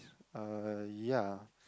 uh ya